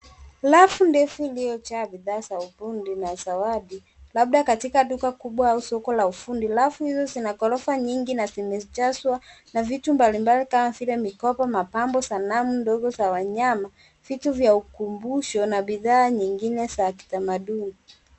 Rafu refu iliyojaa bidhaa za ufundi na zawadi labda katika duka kubwa au soko la ufundi. Rafu hizo zina ghorofa nyingi na zimejazwa na vitu mbalimbali kama vile mapambo, sanamu ndogo za wanyama, vitu vya ukumbusho na bidhaa nyingine za kitamaduni.